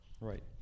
Right